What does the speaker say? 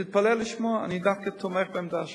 ותתפלא לשמוע, אני דווקא תומך בעמדה שלך,